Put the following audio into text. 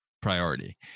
priority